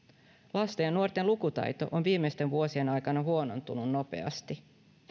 lasten ja nuorten lukutaito on viimeisten vuosien aikana huonontunut nopeasti